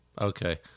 Okay